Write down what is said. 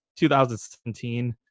2017